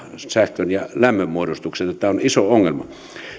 sähkön ja lämmön muodostukseen tämä on iso ongelma